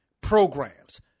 programs